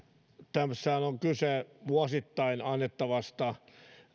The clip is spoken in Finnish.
tässähän on kyse vuosittain annettavasta